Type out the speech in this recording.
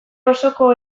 osoko